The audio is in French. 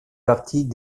partie